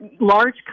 large